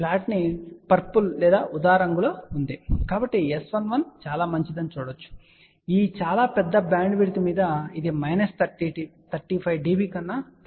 కాబట్టి S11 చాలా మంచిదని చూస్తారు ఈ చాలా పెద్ద బ్యాండ్విడ్త్ మీద ఇది మైనస్ 35 dB కన్నా తక్కువ